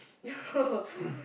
no